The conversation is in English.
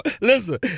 listen